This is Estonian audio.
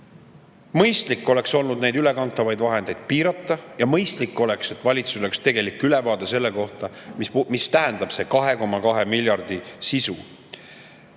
Mõistlik oleks olnud neid ülekantavaid vahendeid piirata ja mõistlik oleks, et valitsusel oleks tegelik ülevaade, mis on nende 2,2 miljardi sisu.